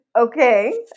Okay